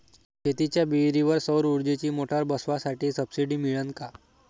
शेतीच्या विहीरीवर सौर ऊर्जेची मोटार बसवासाठी सबसीडी मिळन का?